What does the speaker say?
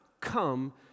come